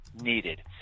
needed